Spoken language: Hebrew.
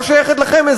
לא שייכת לכם,